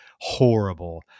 horrible